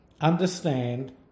understand